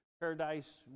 paradise